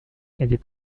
étaient